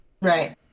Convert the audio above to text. Right